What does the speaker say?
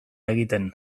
egiten